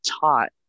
taught